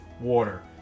Water